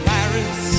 Paris